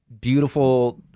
beautiful